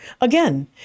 Again